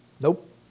Nope